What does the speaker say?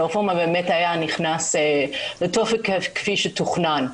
הרפורמה באמת היה נכנס לתוקף כפי שתוכנן.